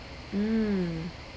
mm